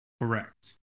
Correct